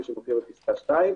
כפי שמופיע בפסקה (2),